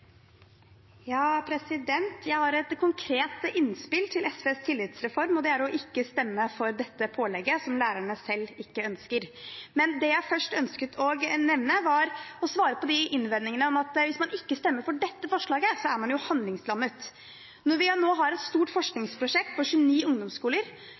Jeg har et konkret innspill til SVs tillitsreform, og det er å ikke stemme for dette pålegget, som lærerne selv ikke ønsker. Men det jeg først ønsket å gjøre, var å svare på innvendingene om at hvis man ikke stemmer for dette forslaget, er man handlingslammet. Når vi